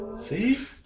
See